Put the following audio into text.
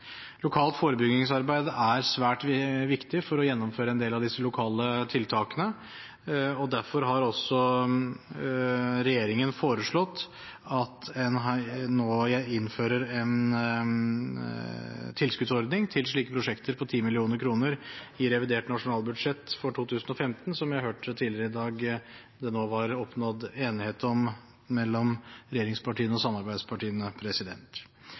Lokalt forebyggingsarbeid er svært viktig for å gjennomføre en del av disse lokale tiltakene. Derfor har regjeringen foreslått at en i revidert nasjonalbudsjett for 2015 innfører en tilskuddsordning på 10 mill. kr til slike prosjekter – som jeg tidligere i dag hørte at det var oppnådd enighet om mellom regjeringspartiene og samarbeidspartiene.